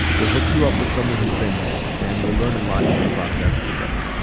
we'll hook you up with someone who's been there. and we'll learn a lot in the process together.